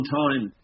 time